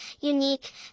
unique